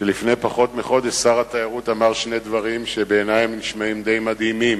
שלפני פחות מחודש שר התיירות אמר שני דברים שבעיני נשמעים די מדהימים: